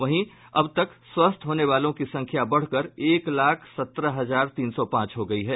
वहीं अब तक स्वस्थ होने वालों की संख्या बढ़कर एक लाख सत्रह हजार तीन सौ पांच हो गई है